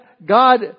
God